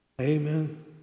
Amen